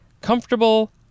comfortable